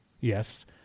Yes